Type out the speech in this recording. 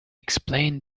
explain